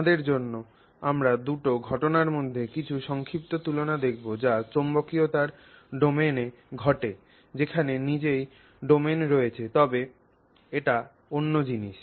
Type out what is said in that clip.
আমাদের জন্য আমরা দুটি ঘটনার মধ্যে কিছু সংক্ষিপ্ত তুলনা দেখব যা চৌম্বকীয়তার ডোমেনে ঘটে যেখানে নিজেই ডোমেন রয়েছে তবে এটি অন্য জিনিস